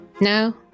No